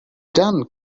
done